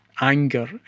anger